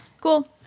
Cool